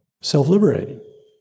self-liberating